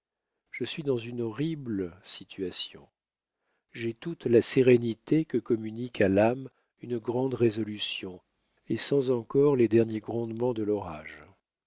je suis dans une horrible situation j'ai toute la sérénité que communique à l'âme une grande résolution et sens encore les derniers grondements de l'orage